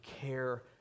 care